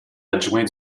adjoint